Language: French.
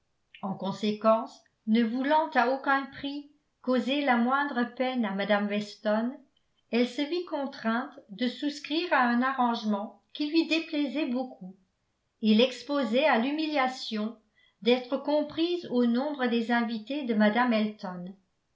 en conséquence ne voulant à aucun prix causer la moindre peine à mme weston elle se vit contrainte de souscrire à un arrangement qui lui déplaisait beaucoup et l'exposait à l'humiliation d'être comprise au nombre des invités de mme elton